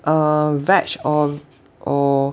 uh veg or or